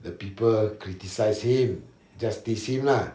the people criticised him just tease him lah